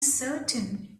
certain